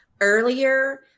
earlier